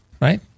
right